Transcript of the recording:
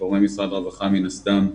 גורמי משרד הרווחה מן הסתם,